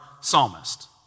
psalmist